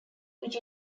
which